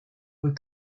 were